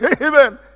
Amen